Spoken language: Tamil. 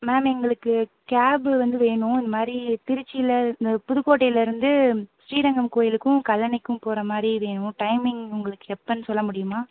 மேம் எங்களுக்குக் கேபு வந்து வேணும் இந்த மாதிரி திருச்சியில் இந்த புதுக்கோட்டையிலேருந்து ஸ்ரீரங்கம் கோயிலுக்கும் கல்லணைக்கும் போகிற மாதிரி வேணும் டைமிங் உங்களுக்கு எப்பனு சொல்ல முடியுமா